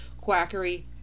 quackery